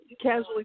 casually